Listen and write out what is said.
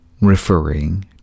referring